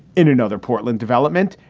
in another portland development,